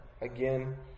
again